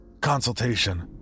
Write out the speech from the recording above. Consultation